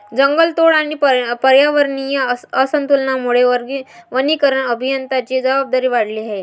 जंगलतोड आणि पर्यावरणीय असंतुलनामुळे वनीकरण अभियंत्यांची जबाबदारी वाढली आहे